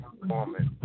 performance